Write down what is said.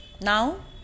now